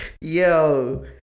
Yo